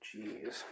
jeez